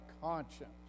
conscience